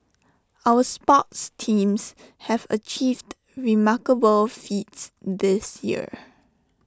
our sports teams have achieved remarkable feats this year